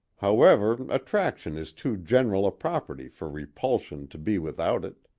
however, attraction is too general a property for repulsion to be without it.